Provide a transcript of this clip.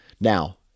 Now